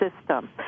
system